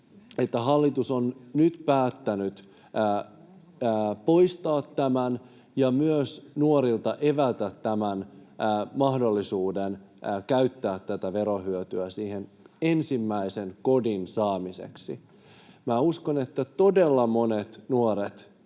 että hallitus on nyt päättänyt poistaa tämän ja myös nuorilta evätä tämän mahdollisuuden käyttää tätä verohyötyä ensimmäisen kodin saamiseksi. Minä uskon, että todella monet nuoret